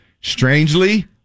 strangely